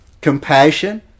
compassion